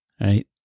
right